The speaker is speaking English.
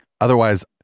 otherwise